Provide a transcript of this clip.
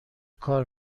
کار